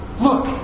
Look